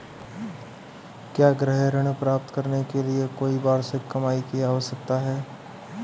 क्या गृह ऋण प्राप्त करने के लिए कोई वार्षिक कमाई की आवश्यकता है?